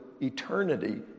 eternity